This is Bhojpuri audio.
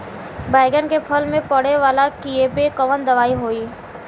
बैगन के फल में पड़े वाला कियेपे कवन दवाई होई?